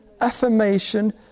affirmation